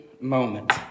moment